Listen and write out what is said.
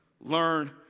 learn